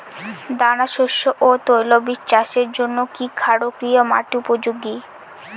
দানাশস্য ও তৈলবীজ চাষের জন্য কি ক্ষারকীয় মাটি উপযোগী?